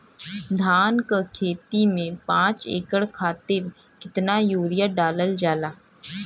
धान क खेती में पांच एकड़ खातिर कितना यूरिया डालल जाला?